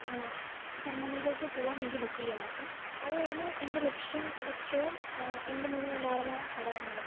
ജർമ്മനിയിലേക്ക് പോവാൻ വേണ്ടി നിൽക്കുകയാണ് അപ്പം അതായിരുന്നു എൻ്റെ ലക്ഷ്യം ലക്ഷ്യവും എൻ്റെ മുന്നിലുണ്ടായിരുന്ന ഘടകങ്ങളും